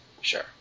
Sure